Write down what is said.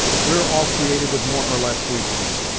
we're all created with more or less weakness,